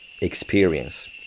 experience